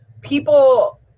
people